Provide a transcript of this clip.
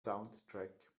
soundtrack